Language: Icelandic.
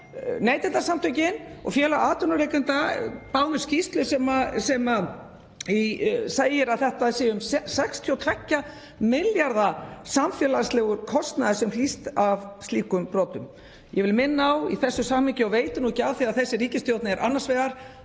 Neytendasamtökin og Félag atvinnurekenda báðu um skýrslu sem í segir að það sé um 62 milljarða samfélagslegur kostnaður sem hlýst af slíkum brotum. Ég vil minna á í þessu samhengi, og veitir ekki af þegar þessi ríkisstjórn er annars vegar: